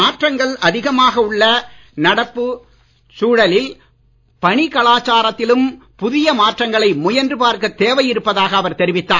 மாற்றங்கள் அதிகமாக உள்ள நடப்புச் சூழலில் பணிக்கலாச்சாரத்திலும் புதிய மாற்றங்களை முயன்று பார்க்க தேவையிருப்பதாக அவர் தெரிவித்தார்